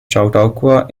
chautauqua